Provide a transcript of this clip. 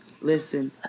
listen